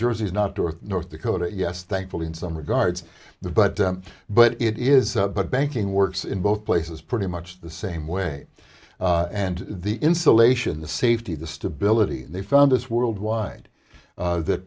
jersey's not or north dakota yes thankfully in some regards the but but it is but banking works in both places pretty much the same way and the insulation the safety the stability they found is world wide that